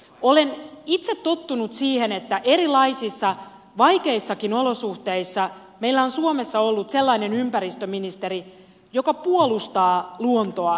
olen itse tottunut siihen että erilaisissa vaikeissakin olosuhteissa meillä on suomessa ollut sellainen ympäristöministeri joka puolustaa luontoa ja ympäristöä